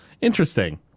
Interesting